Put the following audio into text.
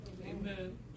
Amen